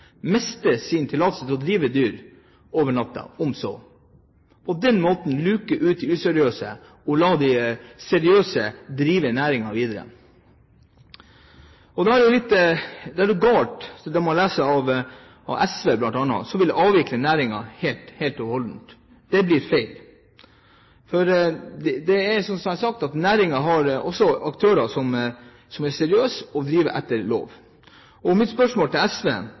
sin tillatelse til å drive med dyr over natta? På den måten luker en ut de useriøse og lar de seriøse drive næringen videre. Da er det galt å gjøre som bl.a. SV, som vi leser vil avvikle næringen helt og holdent. Det blir feil, for næringen har som sagt også aktører som er seriøse og driver etter loven. Mitt spørsmål til SV,